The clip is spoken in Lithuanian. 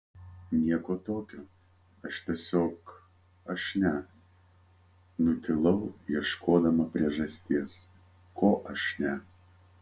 nieko tokio aš tiesiog aš ne nutilau ieškodama priežasties ko aš ne